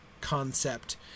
concept